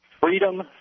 freedom